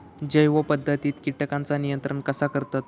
जैव पध्दतीत किटकांचा नियंत्रण कसा करतत?